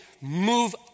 move